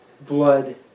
blood